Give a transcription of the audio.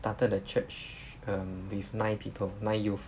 started the church um with nine people nine youth